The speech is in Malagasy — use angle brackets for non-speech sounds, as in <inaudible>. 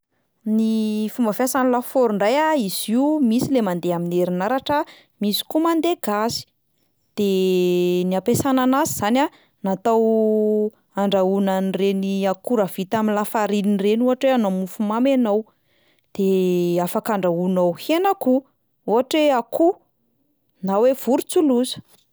Ny fomba fiasan'ny lafaoro indray a, izy io misy le mandeha main'ny herinaratra, misy koa mandeha gazy, de <hesitation> ny ampiasana anazy zany a natao <hesitation> handrahoina an'ireny akora vita amin'ny lafarinina ireny ohatra hoe hanao mofomamy ianao, de afaka andrahoinao hena koa, ohatra hoe akoho na hoe vorontsiloza.